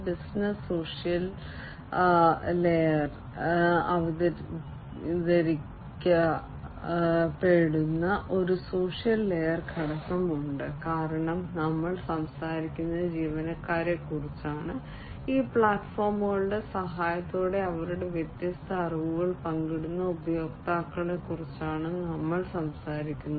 business social ലെയറിൽ അവതരിപ്പിക്കപ്പെടുന്ന ഒരു സോഷ്യൽ ലെയർ ഘടകം ഉണ്ട് കാരണം ഞങ്ങൾ സംസാരിക്കുന്നത് ജീവനക്കാരെക്കുറിച്ചാണ് ഈ പ്ലാറ്റ്ഫോമുകളുടെ സഹായത്തോടെ അവരുടെ വ്യത്യസ്ത അറിവുകൾ പങ്കിടുന്ന ഉപയോക്താക്കളെക്കുറിച്ചാണ് ഞങ്ങൾ സംസാരിക്കുന്നത്